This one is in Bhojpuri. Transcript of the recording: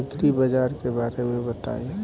एग्रीबाजार के बारे में बताई?